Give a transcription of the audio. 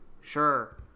Sure